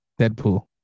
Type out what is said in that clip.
Deadpool